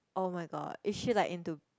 [oh]-my-god is she like into